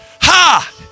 Ha